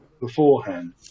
beforehand